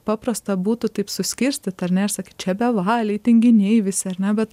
paprasta būtų taip suskirstyt ar ne ir sakyt čia bevaliai tinginiai visi ar ne bet